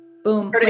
boom